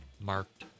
marked